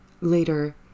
Later